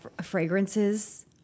fragrances